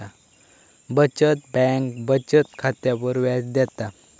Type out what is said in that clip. बचत बँक बचत खात्यावर व्याज देता